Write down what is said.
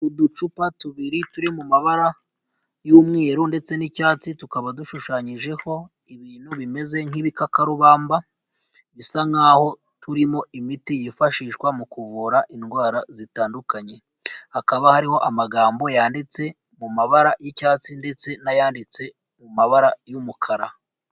Uducupa tubiri turi mu mabara y'umweru ndetse n'icyatsi tukaba dushushanyijeho ibintu bimeze nk'ibikakarubamba, bisa nk'aho turimo imiti yifashishwa mu kuvura indwara zitandukanye, hakaba hariho amagambo yanditse mu mabara y'icyatsi ndetse n'ayanditse mu mabara y'umukara.